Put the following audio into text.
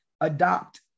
adopt